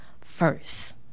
first